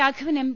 Raghavan M